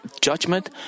judgment